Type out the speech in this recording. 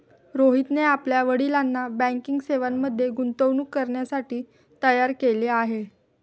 रोहितने आपल्या वडिलांना बँकिंग सेवांमध्ये गुंतवणूक करण्यासाठी तयार केले आहे